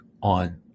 on